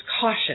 caution